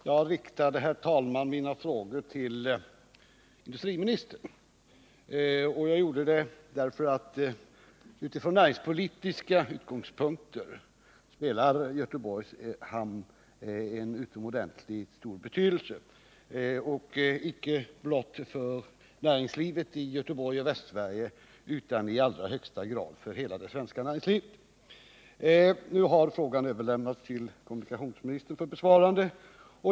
Jag riktade mina frågor till industriministern, eftersom Göteborgs hamn har en utomordentligt stor näringspolitisk betydelse, icke blott för näringslivet i Göteborg och Västsverige utan i allra högsta grad för hela det svenska näringslivet. Nu har frågorna överlämnats till kommunikationsministern för besvarande.